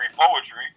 poetry